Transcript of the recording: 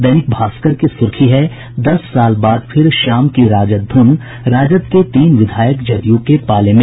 दैनिक भास्कर की सुर्खी है दस साल बाद फिर श्याम की राजद धुन राजद के तीन विधायक जदयू के पाले में